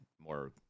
more